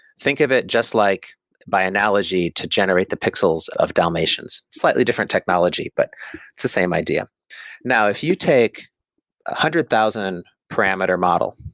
think of it just like by analogy to generate the pixels of dalmatians, slightly different technology but it's the same idea now if you take a one hundred thousand parameter model.